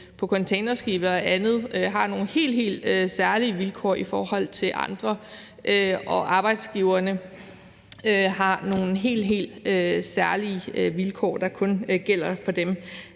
på containerskibe og andet har nogle helt, helt særlige vilkår i forhold til andre og arbejdsgiverne har nogle helt, helt særlige vilkår, der kun gælder for dem.